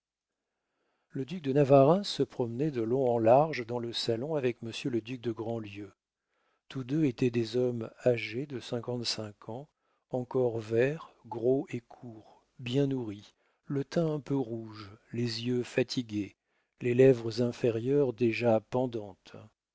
le duc de navarreins se promenait de long en large dans le salon avec monsieur le duc de grandlieu tous deux étaient des hommes âgés de cinquante-cinq ans encore verts gros et courts bien nourris le teint un peu rouge les yeux fatigués les lèvres inférieures déjà pendantes